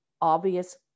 obvious